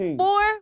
four